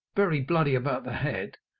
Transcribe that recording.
very bloody about the head,